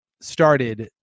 Started